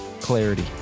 clarity